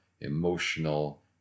emotional